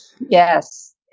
Yes